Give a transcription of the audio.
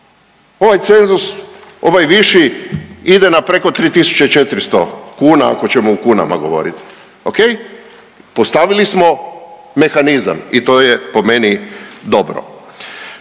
Ovaj cenzus, ovaj viši ide na preko 3400 kuna, ako ćemo u kunama govoriti. Okej, postavili smo mehanizam i to je po meni dobro.